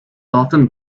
often